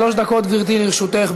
שלוש דקות, גברתי, לרשותך.